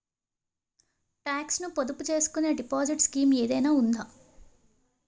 Talks ను పొదుపు చేసుకునే డిపాజిట్ స్కీం ఏదైనా ఉందా?